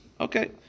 Okay